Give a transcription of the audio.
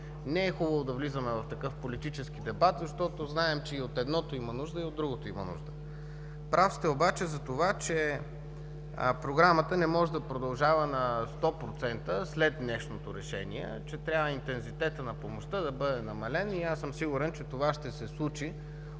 Не е хубаво да влизаме в такъв политически дебат, защото знаем, че и от едното, и от другото има нужда. Прав сте обаче за това, че програмата не може да продължава на 100% след днешното решение, че трябва интензитетът на помощта да бъде намален. Аз съм сигурен, че това ще се случи